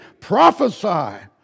prophesy